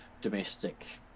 domestic